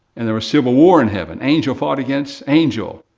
and there was civil war in heaven. angel fought against angel,